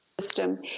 system